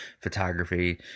photography